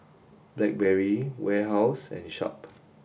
Blackberry Warehouse and Sharp